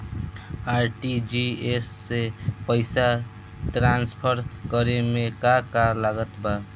RTGS से पईसा transfer करे मे का का लागत बा?